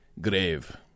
Grave